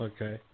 Okay